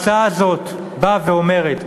הצעה זו באה ואומרת,